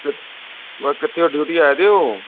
ਕ ਕਿੱਥੇ ਹੈ ਡਿਊਟੀ ਆਏ ਦੇ ਹੋ